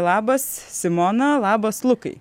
labas simona labas lukai